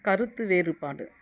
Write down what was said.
கருத்து வேறுபாடு